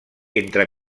entre